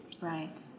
Right